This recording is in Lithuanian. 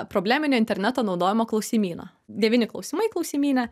probleminio interneto naudojimo klausimyną devyni klausimai klausimyne